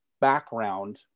background